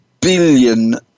billion